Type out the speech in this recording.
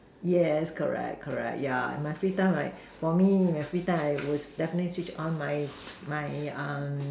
yes correct correct ya in my free time like for me in my free time I would definitely Switch on my my uh